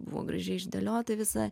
buvo gražiai išdėliota visa